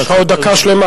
יש לך עוד דקה שלמה,